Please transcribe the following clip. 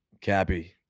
Cappy